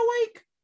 awake